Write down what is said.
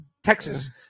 Texas